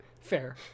Fair